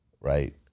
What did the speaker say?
right